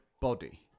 body